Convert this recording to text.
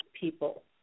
people